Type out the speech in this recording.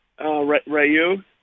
Rayu